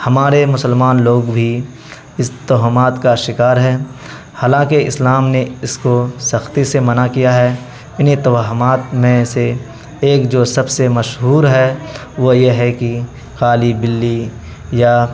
ہمارے مسلمان لوگ بھی اس توہمات کا شکار ہے حالانکہ اسلام نے اس کو سختی سے منع کیا ہے انہیں توہمات میں سے ایک جو سب سے مشہور ہے وہ یہ ہے کہ کالی بلی یا